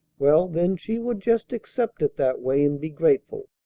well, then she would just accept it that way and be grateful,